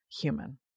human